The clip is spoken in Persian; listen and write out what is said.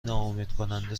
ناامیدکننده